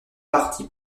parties